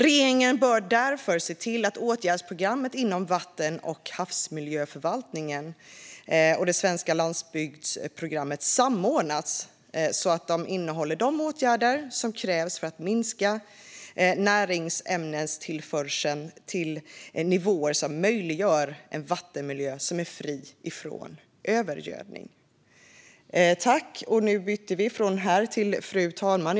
Regeringen bör därför se till att åtgärdsprogrammen inom vatten och havsmiljöförvaltningen och det svenska landsbygdsprogrammet samordnas så att de innehåller de åtgärder som krävs för att minska näringsämnestillförseln till nivåer som möjliggör en vattenmiljö som är fri från övergödning." Fru talman!